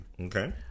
Okay